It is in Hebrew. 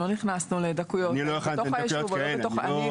לא נכנסו לדקויות כאלה אם זה בתוך היישוב או לא בתוך היישוב.